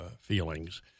feelings